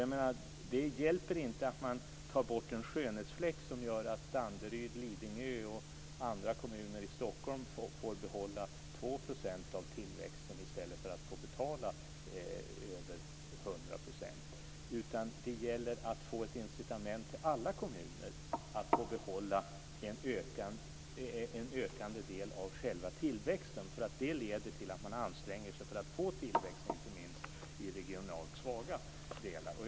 Jag menar att det inte hjälper att man tar bort en skönhetsfläck som gör att Danderyd, Lidingö och andra kommuner i Stockholm får behålla 2 % av tillväxten i stället för att betala över 100 %. Det gäller att få ett incitament till alla kommuner, så att de får behålla en ökad del av själva tillväxten. Det leder nämligen till att man anstränger sig för att få en tillväxt inte minst i regionalt svaga delar.